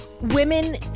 women